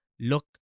look